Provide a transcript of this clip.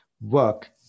work